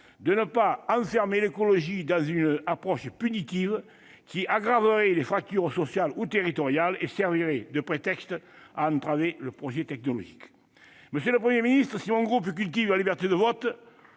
de ne pas enfermer l'écologie dans une approche punitive, qui aggraverait les fractures sociales ou territoriales et servirait de prétexte à entraver le progrès technologique. Monsieur le Premier ministre, si mon groupe cultive la liberté de vote,